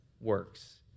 works